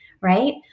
Right